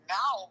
now